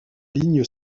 ligne